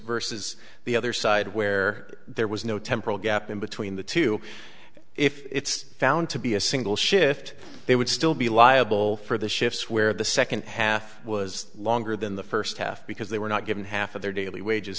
versus the other side where there was no temporal gap in between the two if it's found to be a single shift they would still be liable for the shifts where the second half was longer than the first half because they were not given half of their daily wages